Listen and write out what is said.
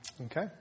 Okay